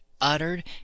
uttered